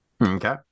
Okay